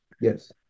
yes